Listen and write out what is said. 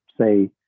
say